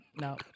no